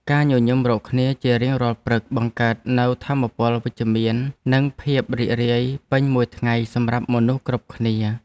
ការញញឹមរកគ្នាជារៀងរាល់ព្រឹកបង្កើតនូវថាមពលវិជ្ជមាននិងភាពរីករាយពេញមួយថ្ងៃសម្រាប់មនុស្សគ្រប់គ្នា។